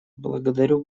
благодарю